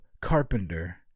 carpenter